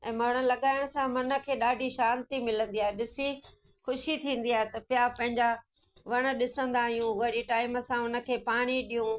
ऐं वण लॻाइण सां मन खे ॾाढी शांति मिलंदी आहे ॾिसी ख़ुशी थींदी आहे त पिया पंहिंजा वण ॾिसंदा आहियूं वरी टाइम सां उन खे पाणी ॾियूं